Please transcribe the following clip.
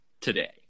today